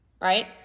right